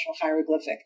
hieroglyphic